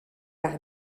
par